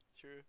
True